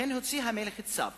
לכן הוציא המלך צו